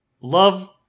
love